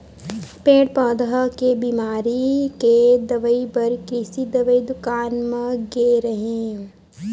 पेड़ पउधा के बिमारी के दवई बर कृषि दवई दुकान म गे रेहेंव